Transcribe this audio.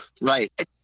Right